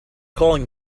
calling